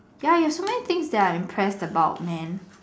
ya you have so many things that I'm impressed about man